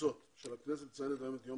והתפוצות של הכנסת מציינת היום את יום